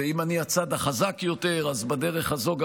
ואם אני הצד החזק יותר אז בדרך הזו גם